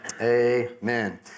Amen